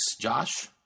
Josh